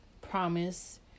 promise